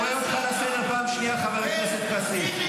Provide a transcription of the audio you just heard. אני קורא אותך לסדר פעם שנייה, חבר הכנסת כסיף.